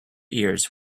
ears